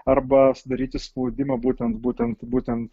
arba daryti spaudimą būtent būtent būtent